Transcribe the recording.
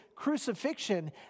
crucifixion